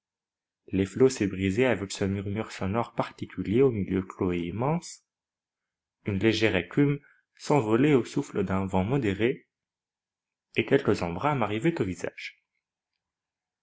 les flots s'y brisaient avec ce murmure sonore particulier aux milieux clos et immenses une légère écume s'envolait au souffle d'un vent modéré et quelques embruns m'arrivaient au visage